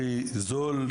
הכי זול,